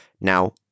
Now